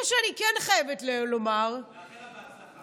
מה שאני כן חייבת לומר, לאחל לה בהצלחה.